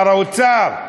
שר האוצר.